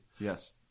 Yes